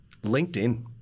LinkedIn